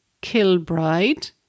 Kilbride